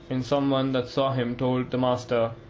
and some one that saw him told the master.